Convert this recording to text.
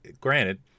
granted